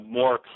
more